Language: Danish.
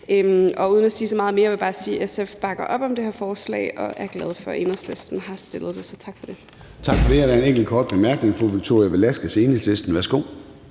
Uden at sige så meget mere vil jeg bare sige, at SF bakker op om det her forslag og er glade for, at Enhedslisten har fremsat det. Så tak for det.